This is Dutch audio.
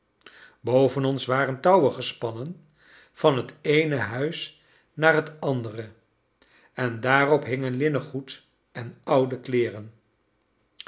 boven ons waren touwen gespannen van het eene huis naar het andere en daarop hingen linnengoed en oude kleeren